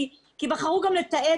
כי בחרו לתעד